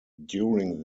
during